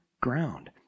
ground